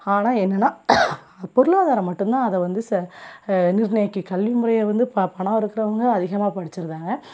ஆனால் என்னென்னா பொருளாதாரம் மட்டுந்தான் அதை வந்து ச நிர்ணயிக்கிது கல்விமுறையை வந்து ப பணம் இருக்கிறவங்க அதிகமாக படிச்சிடுறாங்க